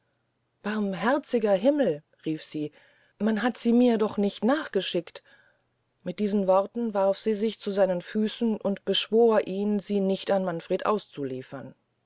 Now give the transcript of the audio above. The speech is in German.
barmherziger himmel rief sie man hat sie mir doch nicht nachgeschickt mit diesen worten warf sie sich zu seinen füßen und beschwor ihn sie nicht an manfred auszuliefern